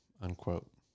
Unquote